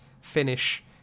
finish